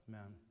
Amen